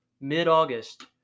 mid-August